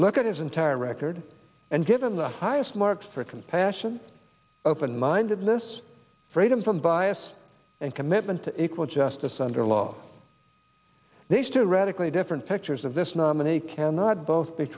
look at his entire record and given the highest marks for compassion open mindedness freedom from bias and commitment to equal justice under law these two radically different pictures of this nominee cannot both b